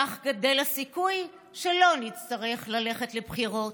כך גדל הסיכוי שלא נצטרך ללכת לבחירות".